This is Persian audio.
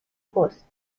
پست